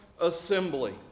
assembly